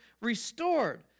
restored